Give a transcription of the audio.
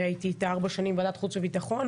הייתי איתה ארבע שנים בוועדת החוץ והביטחון,